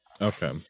Okay